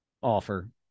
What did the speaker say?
offer